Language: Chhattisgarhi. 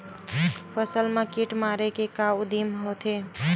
फसल मा कीट मारे के का उदिम होथे?